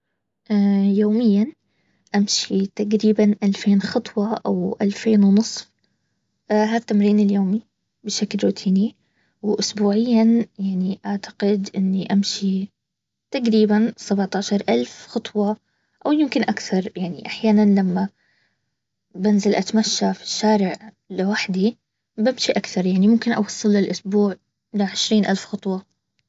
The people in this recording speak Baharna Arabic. يوميا امشي تقريبا الفين خطوة او الفين ونص هالتمرين اليومي بشكل روتيني واسبوعيا يعني اعتقد اني امشي تقريبا سبعتعار الف خطوة او يمكن اكثر يعني احيانا لما في بنزل اتمشي في الشارع لوحدي بمشي اكثر يعني ممكن اوصل في الاسبوع لعشرين الف خطوة